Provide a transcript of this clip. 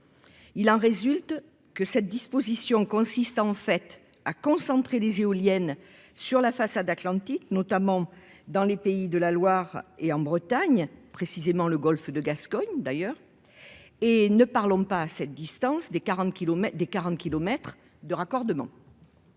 Il en résulte que cette disposition consiste en fait à concentrer les éoliennes sur la façade Atlantique, notamment dans les pays de la Loire et en Bretagne, précisément, le Golfe de Gascogne, d'ailleurs, et ne parlons pas cette distance des 40 kilomètres